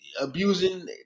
abusing